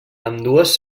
ambdues